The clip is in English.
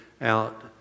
out